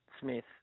Smith